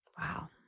wow